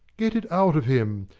get it out of him.